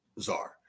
czar